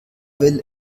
will